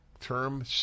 term